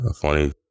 funny